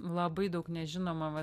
labai daug nežinoma va